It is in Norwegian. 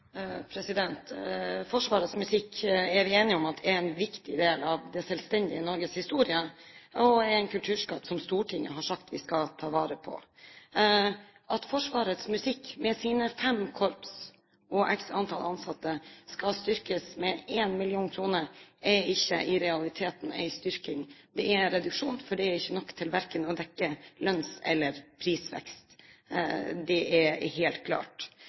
Forsvarets musikk er vi enige om er en viktig del av det selvstendige Norges historie og en kulturskatt som Stortinget har sagt vi skal ta vare på. At Forsvarets musikk med sine fem korps og x antall ansatte skal styrkes med 1 mill. kr., er ikke i realiteten en styrking. Det er en reduksjon, for det er ikke nok til å dekke verken lønns- eller prisvekst. Det er helt klart.